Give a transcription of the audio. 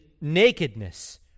nakedness